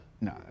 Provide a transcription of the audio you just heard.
No